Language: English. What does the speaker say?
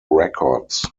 records